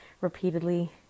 repeatedly